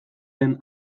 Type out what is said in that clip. den